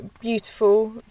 beautiful